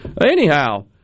anyhow